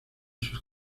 sus